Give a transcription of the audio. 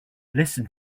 listen